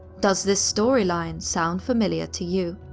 does this storyline sound familiar to you?